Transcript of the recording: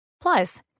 Plus